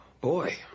Boy